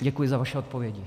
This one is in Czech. Děkuji za vaše odpovědi.